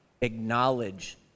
Acknowledge